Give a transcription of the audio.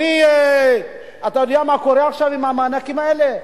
אדוני, אתה יודע מה קורה עכשיו עם המענקים האלה?